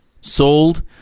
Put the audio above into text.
sold